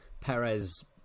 Perez